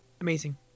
Amazing